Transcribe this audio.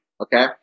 Okay